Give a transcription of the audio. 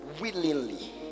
willingly